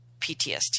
PTSD